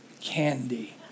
candy